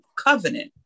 Covenant